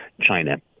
China